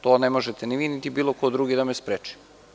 To ne možete ni vi, niti bilo ko drugi da me spreči.